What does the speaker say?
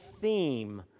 theme